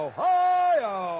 Ohio